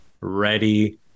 ready